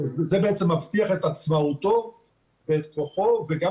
זה בעצם מבטיח את עצמאותו ואת כוחו וגם